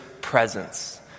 presence